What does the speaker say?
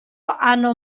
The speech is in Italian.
hanno